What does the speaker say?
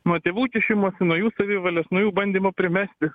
nuo tėvų kišimosi nuo jų savivalės nuo jų bandymo primesti